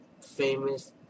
famous